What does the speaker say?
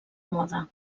moda